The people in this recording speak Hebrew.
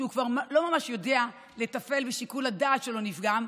שכבר לא ממש יודע לתפעל ושיקול הדעת שלו נפגם,